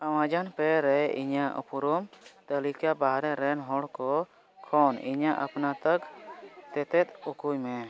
Amazon ᱯᱮᱭ ᱨᱮ ᱤᱧᱟᱹᱜ ᱩᱯᱨᱩᱢ ᱛᱟᱞᱤᱠᱟ ᱵᱟᱦᱨᱮᱨᱮᱱ ᱦᱚᱲᱠᱚ ᱠᱷᱚᱱ ᱤᱧᱟᱹᱜ ᱟᱹᱯᱱᱟᱹᱛᱟᱜ ᱛᱮᱛᱮᱫ ᱩᱠᱩᱭᱢᱮ